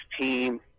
team